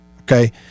Okay